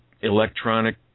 electronic